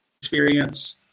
experience